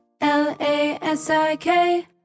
L-A-S-I-K